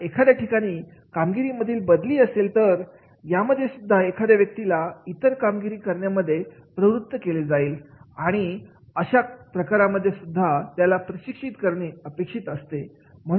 जर एखाद्या ठिकाणी कामगिरी मधील बदली असेल तर यामध्ये एखाद्या व्यक्तीला इतर कामगिरी करण्यासाठी प्रवृत्त केले जाईल आणि मग अशा प्रकारांमध्ये सुद्धा त्याला प्रशिक्षित करणे अपेक्षित असते